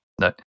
no